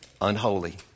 unholy